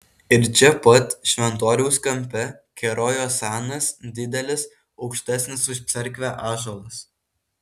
ir čia pat šventoriaus kampe kerojo senas didelis aukštesnis už cerkvę ąžuolas